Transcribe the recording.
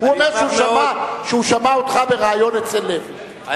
הוא אומר שהוא שמע אותך בריאיון אצל לוי,